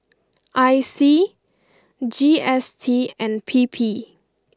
I C G S T and P P